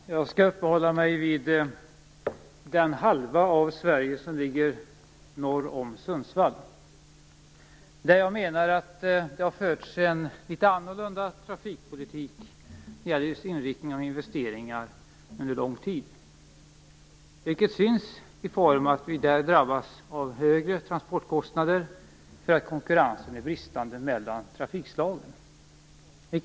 Fru talman! Jag skall uppehålla mig vid den halva av Sverige som ligger norr om Sundsvall. Jag menar att det där har förts en annorlunda trafikpolitik just när det gäller inriktningen av investeringar. Det märks på att vi där drabbas av högre transportkostnader på grund av att konkurrensen mellan trafikslagen är bristande.